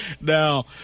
Now